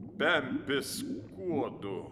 pempis kuodu